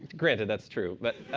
granted, that's true. but